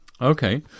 Okay